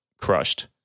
crushed